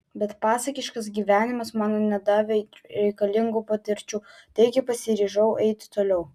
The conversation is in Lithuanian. bet pasakiškas gyvenimas man nedavė reikalingų patirčių taigi pasiryžau eiti toliau